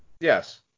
yes